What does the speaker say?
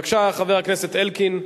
בבקשה, חבר הכנסת אלקין.